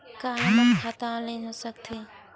का हमर खाता ऑनलाइन हो सकथे?